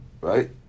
right